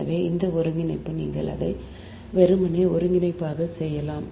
எனவே இந்த ஒருங்கிணைப்பு நீங்கள் அதை வெறுமனே ஒருங்கிணைப்பாகச் செய்யலாம்